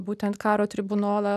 būtent karo tribunolą